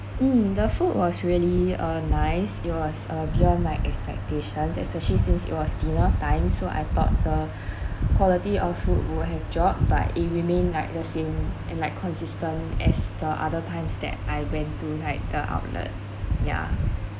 mm the food was really uh nice it was uh beyond my expectations especially since it was dinner time so I thought the quality of food would have drop but it remain like the same and like consistent as the other times that I went to like the outlet yeah